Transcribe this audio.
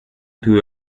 through